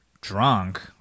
drunk